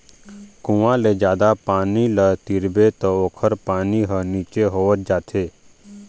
कुँआ ले जादा पानी ल तिरबे त ओखर पानी ह नीचे होवत जाथे